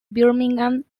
birmingham